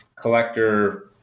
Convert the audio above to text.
collector